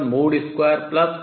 Cnn 1